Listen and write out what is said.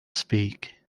speak